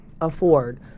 afford